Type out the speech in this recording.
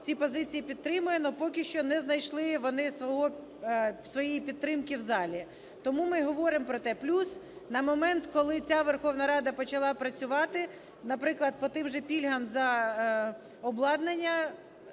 ці позиції підтримує, але поки що не знайшли вони своєї підтримки в залі, тому ми говоримо про те. Плюс на момент, коли ця Верховна Рада почала працювати, наприклад, по тих же пільгах за обладнання,